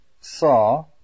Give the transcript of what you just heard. saw